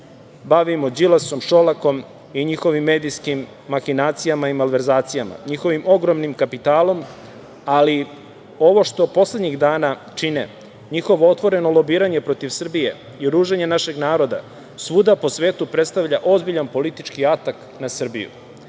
bavimo Đilasom, Šolakom i njihovim medijskim mahinacijama i malverzacijama, njihovim ogromnim kapitalom, ali ovo što poslednjih dana čine, njihovo otvoreno lobiranje protiv Srbije i ruženje našeg naroda svuda po svetu predstavlja ozbiljan politički atak na Srbiju,